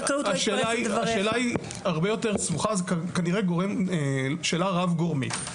השאלה היא יותר סבוכה, זו כנראה שאלה רב גורמית.